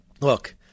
Look